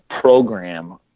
program